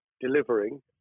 delivering